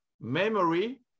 Memory